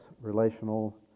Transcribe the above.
relational